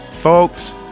Folks